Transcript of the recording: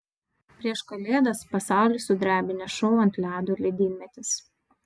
prieš kalėdas pasaulį sudrebinęs šou ant ledo ledynmetis